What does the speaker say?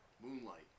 Moonlight